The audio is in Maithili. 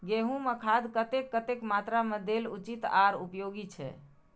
गेंहू में खाद कतेक कतेक मात्रा में देल उचित आर उपयोगी छै?